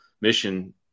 mission